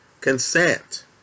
consent